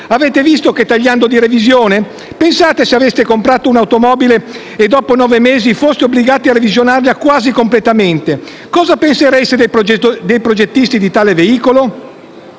Avete visto che tagliando di revisione? Pensate se aveste comprato un'automobile e dopo nove mesi foste obbligati a revisionarla completamente, cosa pensereste dei progettisti di tale veicolo?